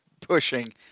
pushing